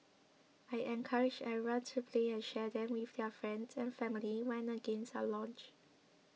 I encourage everyone to play and share them with their friends and family when the games are launched